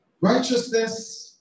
Righteousness